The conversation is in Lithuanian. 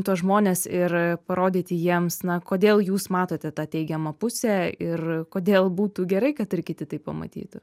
tuos žmones ir parodyti jiems na kodėl jūs matote tą teigiamą pusę ir kodėl būtų gerai kad ir kiti tai pamatytų